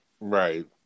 Right